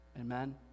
Amen